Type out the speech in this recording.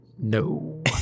no